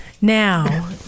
Now